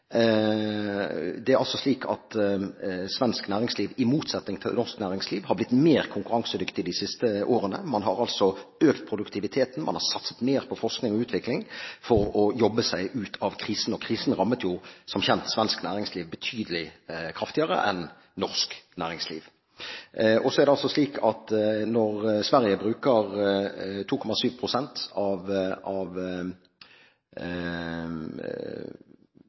Svensk næringsliv, i motsetning til norsk næringsliv, har blitt mer konkurransedyktig de siste årene. Man har økt produktiviteten, og man har satset mer på forskning og utvikling for å jobbe seg ut av krisen. Krisen rammet jo som kjent svensk næringsliv betydelig kraftigere enn norsk næringsliv. Sverige bruker altså 3,7 pst. av BNP på forskning. Målsettingen er 4 pst., altså høyere enn den norske. Det svenske næringslivet bruker